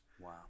Wow